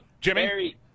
Jimmy